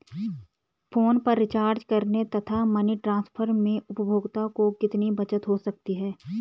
Phone पर recharge करने तथा मनी ट्रांसफर में उपभोक्ता को कितनी बचत हो सकती है?